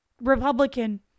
republican